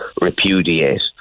repudiate